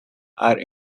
are